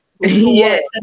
Yes